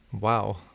Wow